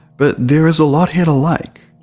but there is a lot here to like,